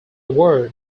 word